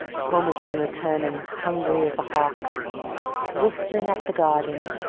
home again returning, hungry as a hawk whistling up the garden,